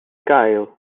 gael